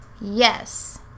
Yes